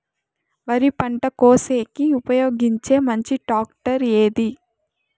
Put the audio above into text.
వరి పంట కోసేకి ఉపయోగించే మంచి టాక్టర్ ఏది?